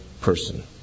person